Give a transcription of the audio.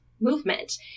movement